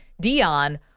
Dion